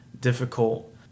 difficult